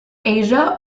asia